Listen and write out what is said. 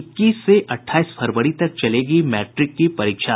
इक्कीस से अठाईस फरवरी तक चलेगी मैट्रिक की परीक्षा